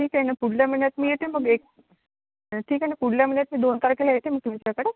ठीक आहे ना पुढल्या महिन्यात मी येते मग एक ठीक आहे ना पुढल्या महिन्यात मी दोन तारखेला येते मग तुमच्याकडे